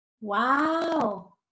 Wow